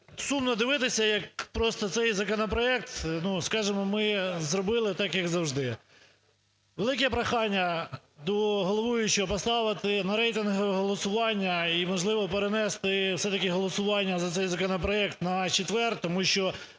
сумно дивитися, як просто цей законопроект, ну, скажемо, ми зробили так, як завжди. Велике прохання до головуючого поставити на рейтингове голосування і, можливо, перенести все-таки голосування за цей законопроект на четвер, тому що